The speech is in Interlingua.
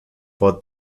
pro